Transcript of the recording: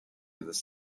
this